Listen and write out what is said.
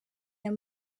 aya